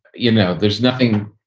you know, there's nothing.